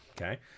okay